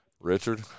Richard